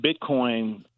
Bitcoin